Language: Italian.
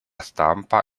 stampa